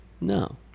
No